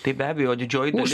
tai be abejo didžioji